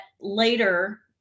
later